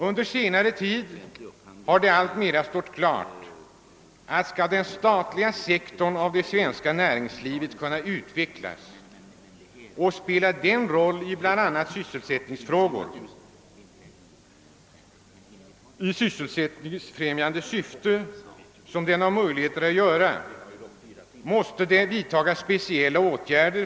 Under senare tid har det alltmera stått klart att speciella åtgärder måste vidtagas, om den statliga sektorn av det svenska näringslivet skall kunna utvecklas och spela den roll i bl.a. sysselsättningsfrämjande syfte som den har möjligheter att göra.